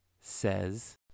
says